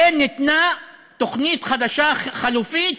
וניתנה תוכנית חדשה, חלופית,